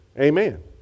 Amen